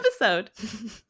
episode